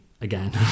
again